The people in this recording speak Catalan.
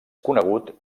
conegut